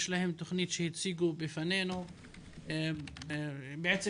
יש להם תוכנית אותה הציגו בפנינו כאשר בעצם